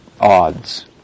odds